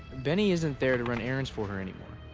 bennie isn't there to run errands for her anymore.